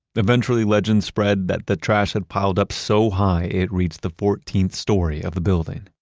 eventually legend spread that the trash had piled up so high it reached the fourteenth story of the building.